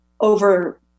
over